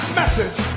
message